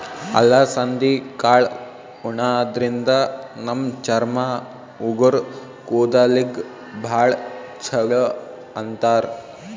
ಅಲಸಂದಿ ಕಾಳ್ ಉಣಾದ್ರಿನ್ದ ನಮ್ ಚರ್ಮ, ಉಗುರ್, ಕೂದಲಿಗ್ ಭಾಳ್ ಛಲೋ ಅಂತಾರ್